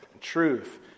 Truth